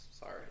Sorry